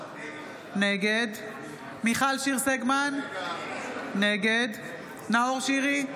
נגד מיכל שיר סגמן, נגד נאור שירי,